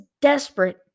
desperate